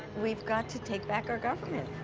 we've got to take back our government,